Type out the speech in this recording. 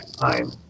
time